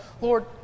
Lord